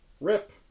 RIP